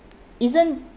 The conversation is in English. isn't